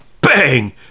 Bang